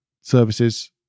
services